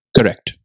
Correct